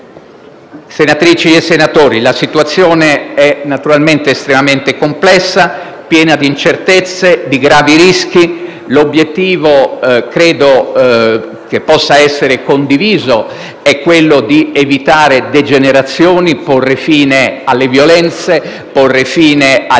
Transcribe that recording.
Senatrici e senatori, la situazione è naturalmente estremamente complessa, piena di incertezze e di gravi rischi. L'obiettivo, che credo possa essere condiviso, è quello di evitare degenerazioni, porre fine alle violenze e agli